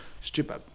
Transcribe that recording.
stupid